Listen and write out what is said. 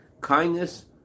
Kindness